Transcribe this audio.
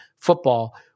football